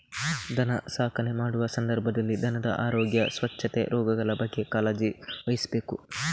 ದನ ಸಾಕಣೆ ಮಾಡುವ ಸಂದರ್ಭದಲ್ಲಿ ದನದ ಆರೋಗ್ಯ, ಸ್ವಚ್ಛತೆ, ರೋಗಗಳ ಬಗ್ಗೆ ಕಾಳಜಿ ವಹಿಸ್ಬೇಕು